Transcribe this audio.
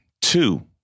two